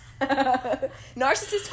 Narcissist